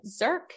Zerk